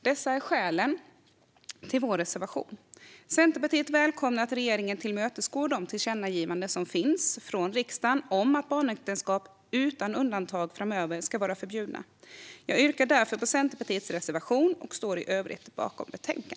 Dessa är skälen till vår reservation. Centerpartiet välkomnar att regeringen tillmötesgår de tillkännagivanden som finns från riksdagen om att barnäktenskap framöver ska vara förbjudna, utan undantag. Jag yrkar därför bifall till Centerpartiets reservation och står i övrigt bakom betänkandet.